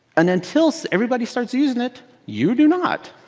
and until so everybody starts using it, you do not.